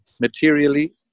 materially